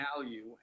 value